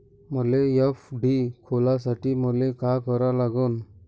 मले एफ.डी खोलासाठी मले का करा लागन?